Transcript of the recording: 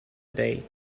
day